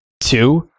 Two